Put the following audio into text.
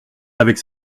avec